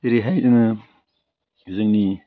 जेरैहाय जोङो जोंनि